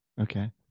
Okay